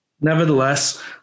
Nevertheless